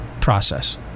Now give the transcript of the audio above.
process